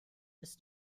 ist